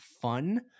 fun